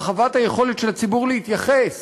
הרחבת היכולת של הציבור להתייחס.